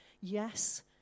yes